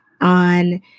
on